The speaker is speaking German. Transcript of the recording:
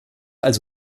also